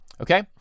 okay